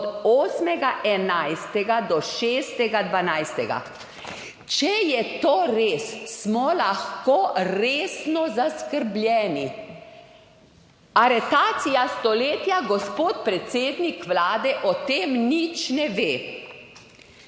od 8. 11. do, 6. 12.. Če je to res smo lahko resno zaskrbljeni, aretacija stoletja, gospod predsednik Vlade o tem nič ne ve.